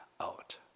out